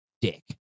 dick